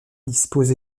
dispose